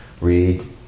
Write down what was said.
read